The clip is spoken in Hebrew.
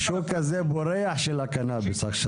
שוק הקנאביס פורח עכשיו.